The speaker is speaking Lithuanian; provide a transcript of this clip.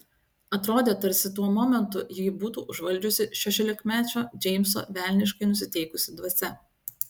atrodė tarsi tuo momentu jį būtų užvaldžiusi šešiolikmečio džeimso velniškai nusiteikusi dvasia